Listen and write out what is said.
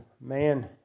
man